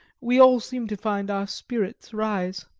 we all seemed to find our spirits rise.